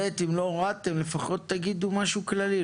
ואם לא הורדתם, לפחות תגידו משהו כללי.